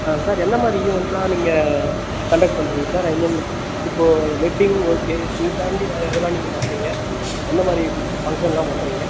ஆ sir என்ன மாதிரி event எல்லாம் நீங்கள் கண்டக்ட் பண்ணுறீங்க சார் ஐ மீன் இப்போ வெட்டிங் ஓகே இது தாண்டி வேறு எதெல்லாம் நீங்கள் பண்ணுறீங்க என்ன மாதிரி ஃபங்க்ஷன் எல்லாம் பண்ணுறீங்க